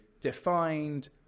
defined